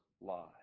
lie